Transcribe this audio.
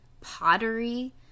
pottery –